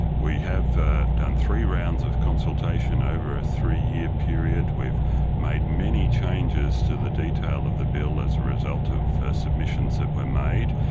we have done three rounds of consultation over a three-year period, we've made many changes to the detail of the bill as a result of submissions that were made.